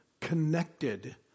connected